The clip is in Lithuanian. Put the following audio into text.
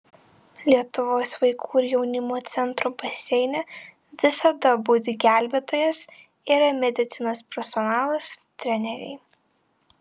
lietuvos vaikų ir jaunimo centro baseine visada budi gelbėtojas yra medicinos personalas treneriai